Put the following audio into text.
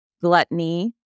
gluttony